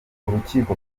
urukiko